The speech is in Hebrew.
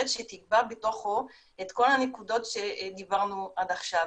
שתקבע בתוכו את כל הנקודות שדיברנו עד עכשיו.